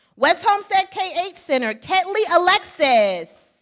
west homestead k eight center, ketll alexis.